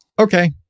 okay